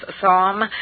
psalm